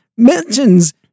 mentions